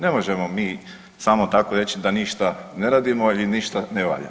Ne možemo mi samo tako reći da ništa ne radimo i ništa ne valja.